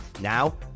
Now